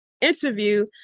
interview